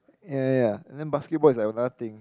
ya ya ya and then basketball is like another thing